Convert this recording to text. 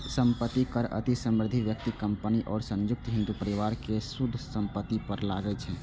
संपत्ति कर अति समृद्ध व्यक्ति, कंपनी आ संयुक्त हिंदू परिवार के शुद्ध संपत्ति पर लागै छै